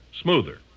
smoother